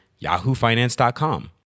yahoofinance.com